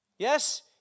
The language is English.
Yes